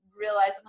realize